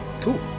cool